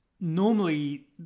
normally